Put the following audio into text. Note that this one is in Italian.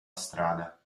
strada